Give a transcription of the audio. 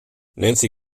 nancy